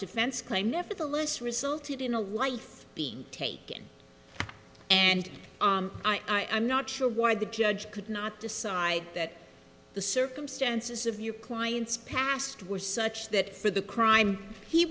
defense claim nevertheless resulted in a life being taken and i'm not sure why the judge could not decide that the circumstances of your client's past were such that for the crime he